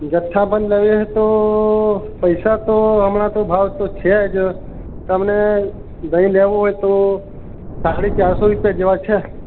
જથ્થાબંધ લઈએ તો પૈસા તો હમણાં તો ભાવ તો છે જ તમને દહી લેવું હોય તો સાડી ચારસો રૂપિયા જેવા છે